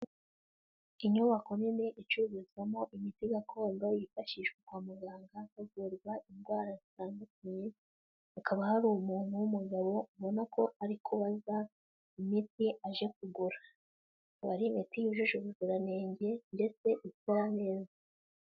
Inyubako nini icuruzwamo imiti gakondo yifashishwa kwa muganga havurwa indwara zitandukanye, hakaba hari umuntu w'umugabo ubona ko ari kubaza imiti aje kugura aba ari imiti yujuje ubuziranenge ndetse ikora neza.